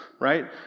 right